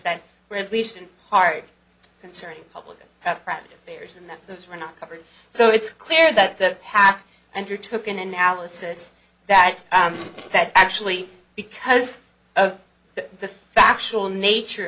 that were at least in part concerning public and private payers and that those were not covered so it's clear that the pac and you took an analysis that that actually because of the factual nature